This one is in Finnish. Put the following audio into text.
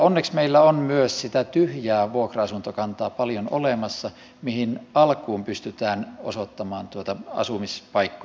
onneksi meillä on myös sitä tyhjää vuokra asuntokantaa paljon olemassa mihin alkuun pystytään osoittamaan asumispaikkoja sitten